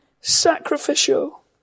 sacrificial